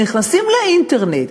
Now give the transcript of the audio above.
כשנכנסים לאינטרנט,